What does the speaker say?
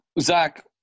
Zach